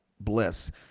bliss